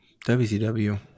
WCW